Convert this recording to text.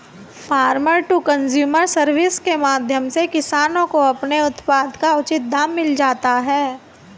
farmer to consumer service के माध्यम से किसानों को अपने उत्पाद का उचित दाम मिल जाता है